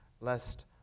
lest